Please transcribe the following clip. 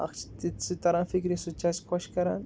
اََکھ چھِ تِتہِ سُہ تہِ تَران فِکِرِ سُہ تہِ چھِ اَسہِ خۄش کران